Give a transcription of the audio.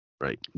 right